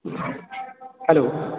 hello